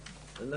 המשתתפות.